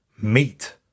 meat